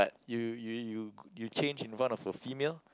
you you you change in front of a female